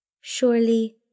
Surely